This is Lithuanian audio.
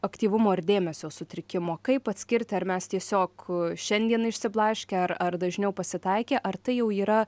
aktyvumo ir dėmesio sutrikimo kaip atskirti ar mes tiesiog šiandien išsiblaškę ar ar dažniau pasitaikė ar tai jau yra